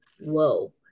whoa